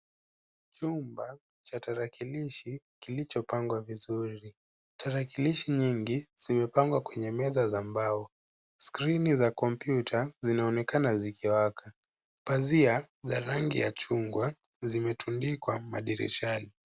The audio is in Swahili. Chumba cha tarakilishi kilichopangwa vizuri. Tarakilishi nyingi zimepangwa kwenye meza za mbao .Skrini za kompyuta zinaonekana zikiwaka. Pazia za rangi ya chungwa zimetundikwa madirishani.